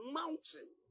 mountain